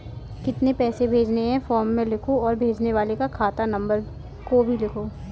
कितने पैसे भेजने हैं फॉर्म में लिखो और भेजने वाले खाता नंबर को भी लिखो